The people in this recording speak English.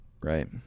Right